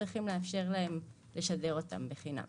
צריכים לאפשר להם לשדר אותם בחינם.